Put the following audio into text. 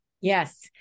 Yes